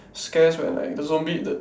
scarce when like the zombie the